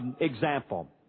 example